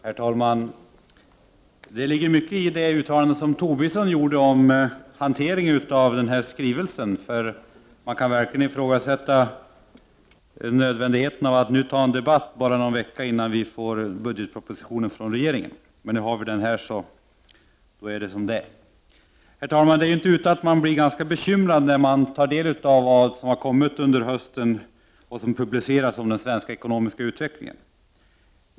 Herr talman! Det ligger mycket i det uttalande som Tobisson gjorde om hanteringen av denna skrivelse. Man kan verkligen ifrågasätta nödvändigheten av att nu ta en debatt, bara några veckor innan vi får budgetpropositionen från regeringen. Men nu har vi den här, och då är det som det är. Herr talman! Det är inte utan att man blir ganska bekymrad när man tar del av vad som under hösten publicerats om den svenska ekonomiska utvecklingen.